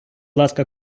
ласка